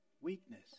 weakness